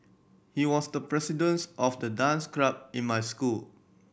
he was the presidents of the dance club in my school